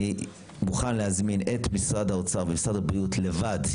אני מוכן להזמין את משרד האוצר ומשרד הבריאות לבד,